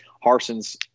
Harson's